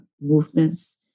movements